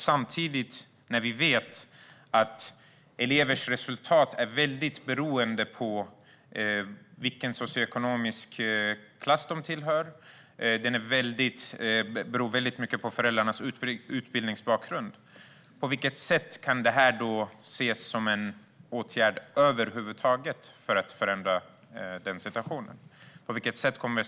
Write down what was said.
Samtidigt vet vi att elevers resultat beror väldigt mycket på vilken socioekonomisk klass de tillhör och deras föräldrars utbildningsbakgrund. På vilket sätt kan det här över huvud taget ses som en åtgärd för att förändra den situationen?